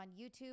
YouTube